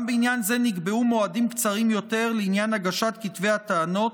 גם בעניין זה נקבעו מועדים קצרים יותר לעניין הגשת כתבי הטענות,